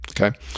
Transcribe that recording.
Okay